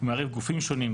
מערב גופים שונים,